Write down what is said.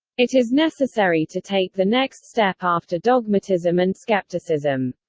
it is necessary to take the next step after dogmatism and skepticism.